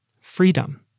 Freedom